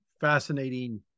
fascinating